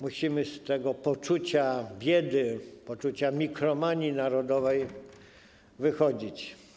Musimy z tego poczucia biedy, poczucia mikromanii narodowej wychodzić.